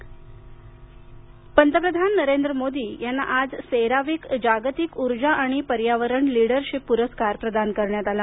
पंतप्रधान पंतप्रधान नरेंद्र मोदी यांना आज सेराविक जागतिक ऊर्जा आणि पर्यावरण लीडरशीप पुरस्कार प्रदान करण्यात आला